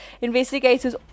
Investigators